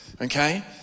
Okay